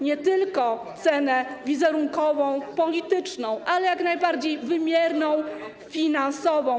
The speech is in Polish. Nie tylko cenę wizerunkową, polityczną, ale jak najbardziej wymierną finansowo.